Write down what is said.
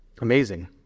Amazing